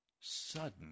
sudden